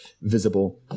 visible